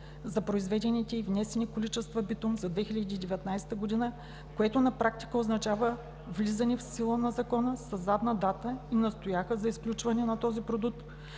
за произведените и внесени количества битум за 2019 г., което на практика означава „влизане в сила на Закона със „задна дата“ и настояха за изключване на този продукт